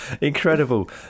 Incredible